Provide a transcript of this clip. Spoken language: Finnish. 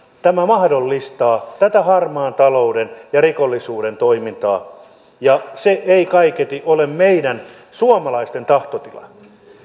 tämä mahdollistaa harmaan talouden ja rikollisuuden toimintaa ja se ei kaiketi ole meidän suomalaisten tahtotila